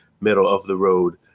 middle-of-the-road